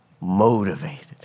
motivated